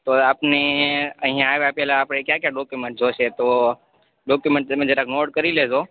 તોય આપને અહિયાં આવ્યાં પેલા આપણે ક્યાં ક્યાં ડોક્યુમેન્ટ જોશે તો ડોક્યુમેન્ટ તમે જરાક નોટ કરી લેજો